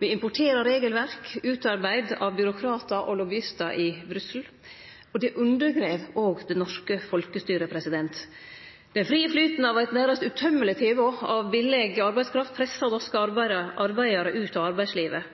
Me importerer regelverk utarbeidde av byråkratar og lobbyistar i Brussel, og det undergrev det norske folkestyret. Den frie flyten av eit nærast utømmeleg tilbod av billeg arbeidskraft pressar norske arbeidarar ut av arbeidslivet.